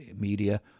media